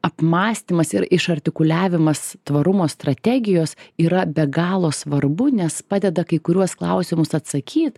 apmąstymas ir iš artikuliavimas tvarumo strategijos yra be galo svarbu nes padeda kai kuriuos klausimus atsakyt